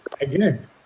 again